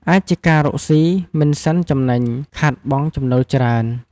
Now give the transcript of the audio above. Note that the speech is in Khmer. អាចជាការរកសុីមិនសិនចំណេញ ខាតបង់ចំណូលច្រើន។